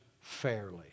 fairly